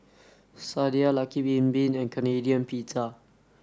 Sadia Lucky Bin Bin and Canadian Pizza